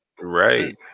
Right